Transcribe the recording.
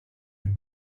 him